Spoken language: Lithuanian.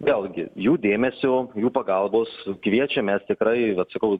vėlgi jų dėmesio jų pagalbos kviečiam mes tikrai vat sakau